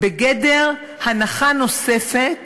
זה בגדר הנחה נוספת